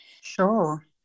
Sure